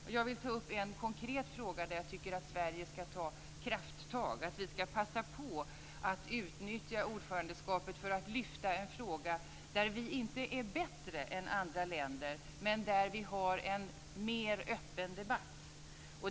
Men jag vill ta upp en konkret fråga där jag tycker att Sverige ska ta krafttag, att vi ska passa på att utnyttja ordförandeskapet för att lyfta fram en fråga där vi inte är bättre än andra länder men där vi har en mer öppen debatt.